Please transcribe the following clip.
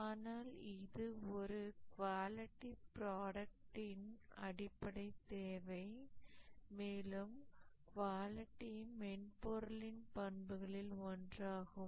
ஆனால் இது ஒரு குவாலிட்டி ப்ராடக்ட்டின் அடிப்படைத் தேவை மேலும் குவாலிட்டி மென்பொருளின் பண்புகளில் ஒன்றாகும்